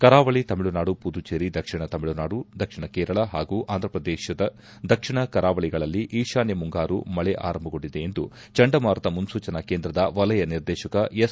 ಕರಾವಳಿ ತಮಿಳುನಾಡು ಪುದುಚೇರಿ ದಕ್ಷಿಣ ತಮಿಳುನಾಡು ದಕ್ಷಿಣ ಕೇರಳ ಹಾಗೂ ಆಂಧಪ್ರದೇಶದ ದಕ್ಷಿಣ ಕರಾವಳಿಗಳಲ್ಲಿ ಈಶಾನ್ತ ಮುಂಗಾರು ಮಳೆ ಆರಂಭಗೊಂಡಿದೆ ಎಂದು ಚಂಡಮಾರುತ ಮುನ್ಲೂಚನಾ ಕೇಂದ್ರದ ವಲಯ ನಿರ್ದೇಶಕ ಎಸ್